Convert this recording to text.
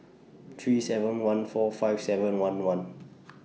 three seven one four five seven one one